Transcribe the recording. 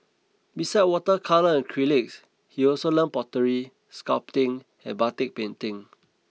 besides water colour and acrylics he also learnt pottery sculpting and batik painting